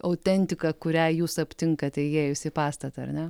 autentiką kurią jūs aptinkate įėjus į pastatą ar ne